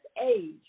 age